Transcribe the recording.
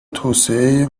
توسعه